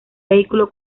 vehículo